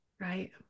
Right